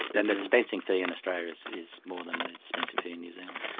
and the dispensing fee in australia is is more than the dispensing fee in new zealand.